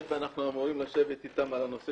היות שאנחנו אמורים לשבת אתם על הנושא